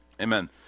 Amen